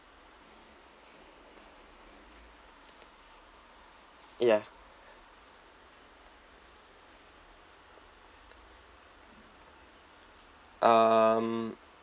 ya um